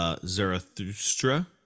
Zarathustra